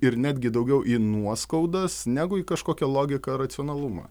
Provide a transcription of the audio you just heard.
ir netgi daugiau į nuoskaudas negu į kažkokią logiką racionalumą